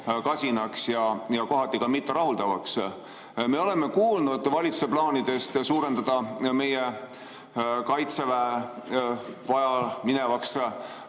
kasinaks ja kohati ka mitterahuldavaks. Me oleme kuulnud valitsuse plaanidest suurendada meie Kaitseväel vajamineva